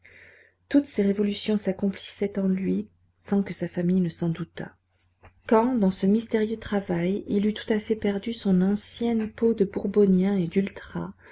toutes ces révolutions s'accomplissaient en lui sans que sa famille s'en doutât quand dans ce mystérieux travail il eut tout à fait perdu son ancienne peau de bourbonien et d'ultra